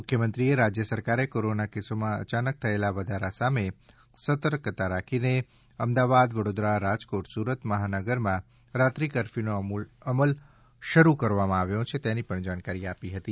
મુખ્યમંત્રીએ રાજય સરકારે કોરોના કેસોમાં અયાનક થયેલા વધારા સામે સતર્કતા રાખીને અમદાવાદ વડોદરા રાજકોટ સુરત મહાનગરમાં રાત્રિ કરફયુનો અમલ શરૂ કર્યો છે તેની પણ જાણકારી આપી હતી